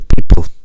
people